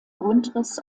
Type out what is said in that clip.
grundriss